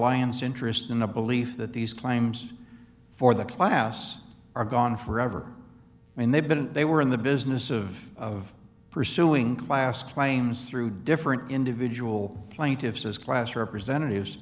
reliance interest in a belief that these claims for the class are gone forever and they've been they were in the business of of pursuing class claims through different individual plaintiffs as class representatives